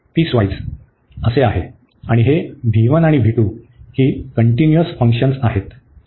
आणि हे आणि ते कन्टीन्युअस फंक्शन आहेत